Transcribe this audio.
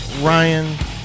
Ryan